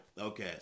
Okay